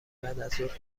بعدازظهر